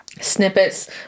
snippets